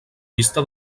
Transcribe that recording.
vista